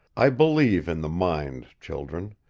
i believe in the mind, children.